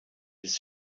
his